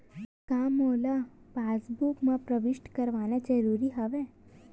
का मोला पासबुक म प्रविष्ट करवाना ज़रूरी हवय?